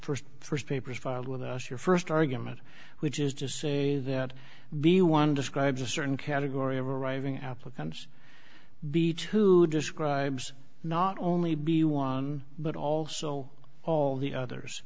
first first papers filed with us your first argument which is just say that the one describes a certain category of arriving applicants beach who describes not only be one but also all the others